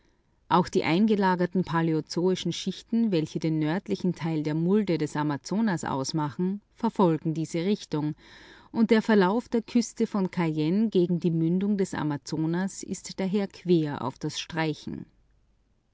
auch die eingelagerten paläozoischen schichten welche den nördlichen teil der mulde des amazonas ausmachen verfolgen diese richtung und der verlauf der küste von cayenne gegen die mündung des amazonas ist daher quer auf das streichen